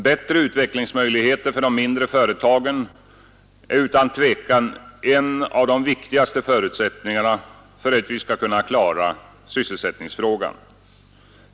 Bättre utvecklingsmöjligheter för de mindre företagen är utan tvivel en av de viktigaste förutsättningarna för att vi skall kunna klara sysselsättningsfrågan.